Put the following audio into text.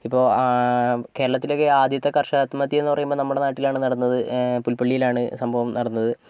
ഇപ്പോൾ കേരളത്തിലെയൊക്കെ ആദ്യത്തെ കർഷക ആത്മഹത്യാന്നു പറയുമ്പോൾ നമ്മുടെ നാട്ടിലാണ് നടന്നത് പുൽപ്പള്ളിലാണ് സംഭവം നടന്നത്